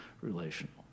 relational